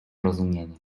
rozumienie